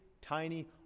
tiny